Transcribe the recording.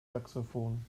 saxophon